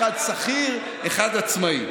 אחד שכיר ואחד עצמאי.